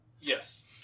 Yes